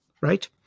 right